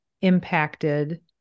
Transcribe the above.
impacted